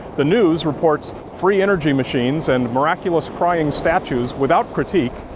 the news reports free energy machines and miraculous crying statues without critique,